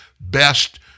best